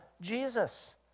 Jesus